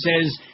says